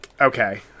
Okay